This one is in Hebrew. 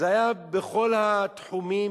זה היה בכל התחומים